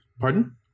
pardon